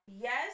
yes